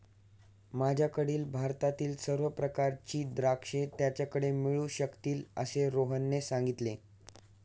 माझ्याकडील भारतातील सर्व प्रकारची द्राक्षे त्याच्याकडे मिळू शकतील असे रोहनने सांगितले